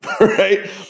Right